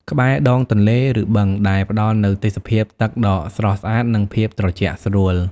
ក្បែរដងទន្លេ ឬបឹង ដែលផ្តល់នូវទេសភាពទឹកដ៏ស្រស់ស្អាត និងភាពត្រជាក់ស្រួល។